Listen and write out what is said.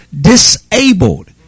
disabled